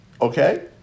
Okay